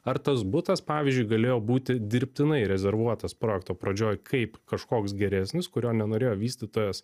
ar tas butas pavyzdžiui galėjo būti dirbtinai rezervuotas projekto pradžioj kaip kažkoks geresnis kurio nenorėjo vystytojas